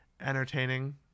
entertaining